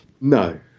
No